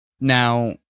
Now